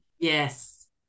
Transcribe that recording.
Yes